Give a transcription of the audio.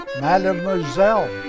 Mademoiselle